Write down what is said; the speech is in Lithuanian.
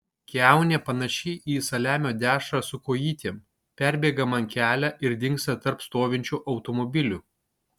kiaunė panaši į saliamio dešrą su kojytėm perbėga man kelią ir dingsta tarp stovinčių automobilių